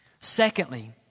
Secondly